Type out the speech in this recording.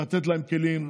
לתת להם כלים,